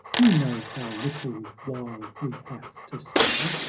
you know how little while we have to stay,